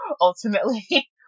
ultimately